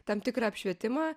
tam tikrą apšvietimą